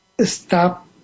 stop